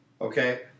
Okay